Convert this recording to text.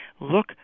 look